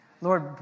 Lord